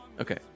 Okay